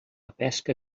pesca